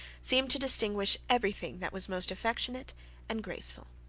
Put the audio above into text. seemed to distinguish every thing that was most affectionate and graceful.